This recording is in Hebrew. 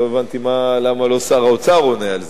לא הבנתי למה לא שר האוצר עונה על זה.